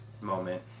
moment